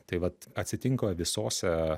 tai vat atsitinka visose